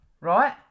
Right